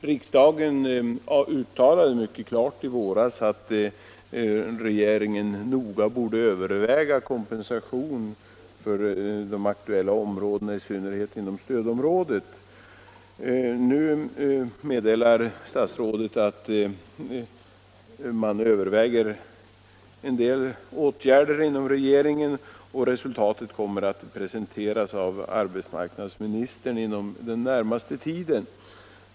Riksdagen uttalade i våras mycket klart att regeringen noga borde överväga kompensation för sysselsättningsbortfallet i de aktuella områdena, i synnerhet inom stödområdet. Nu meddelar också statsrådet att man inom regeringen överväger att vidta en del åtgärder för att öka syssel sättningen och att resultatet av dessa överläggningar kommer att presenteras av arbetsmarknadsministern inom den närmaste tiden.